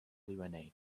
wna